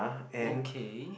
okay